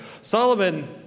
Solomon